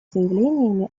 заявлениями